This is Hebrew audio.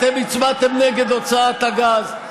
אתם הצבעתם נגד הוצאת הגז.